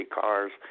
cars